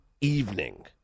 evening